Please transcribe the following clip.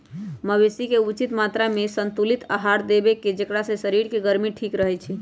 मवेशी के उचित मत्रामें संतुलित आहार देबेकेँ जेकरा से शरीर के गर्मी ठीक रहै छइ